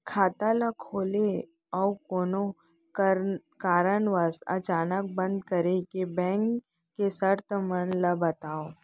खाता ला खोले अऊ कोनो कारनवश अचानक बंद करे के, बैंक के शर्त मन ला बतावव